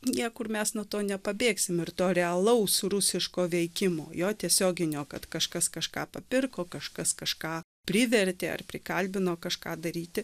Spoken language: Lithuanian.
niekur mes nuo to nepabėgsim ir to realaus rusiško veikimo jo tiesioginio kad kažkas kažką papirko kažkas kažką privertė ar prikalbino kažką daryti